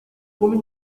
cume